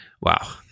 Wow